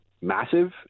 massive